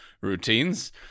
routines